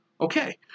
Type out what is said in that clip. Okay